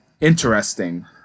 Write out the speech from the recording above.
interesting